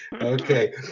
Okay